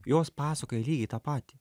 jos pasakoja lygiai tą patį